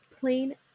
Plain